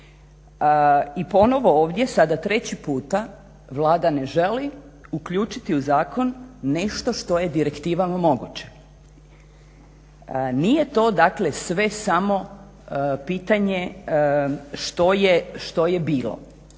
i ponovo ovdje sada treći puta Vlada ne želi uključiti u zakon nešto što je direktivama moguće. Nije to dakle sve samo pitanje što je bilo,